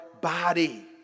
body